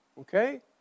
Okay